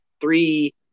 three